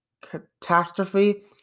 catastrophe